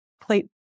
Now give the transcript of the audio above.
plate